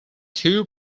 two